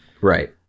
Right